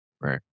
right